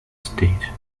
stage